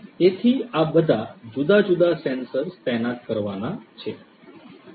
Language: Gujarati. તેથી આ બધા જુદા જુદા સેન્સર્સ તૈનાત કરવાના છે